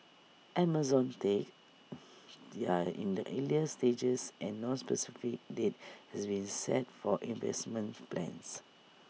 Amazon's talks are in the earlier stages and no specific date has been set for investment plans